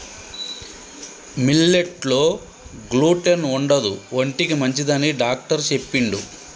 millet లో gluten ఉండదు ఒంటికి మంచిదని డాక్టర్ చెప్పిండు